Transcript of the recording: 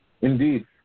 Indeed